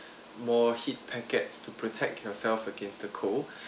more heat packets to protect yourself against the cold